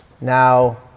Now